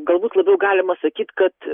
galbūt labiau galima sakyt kad